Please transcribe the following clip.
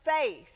faith